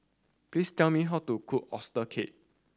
please tell me how to cook oyster cake